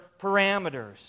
parameters